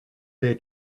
they